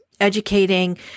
educating